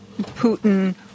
Putin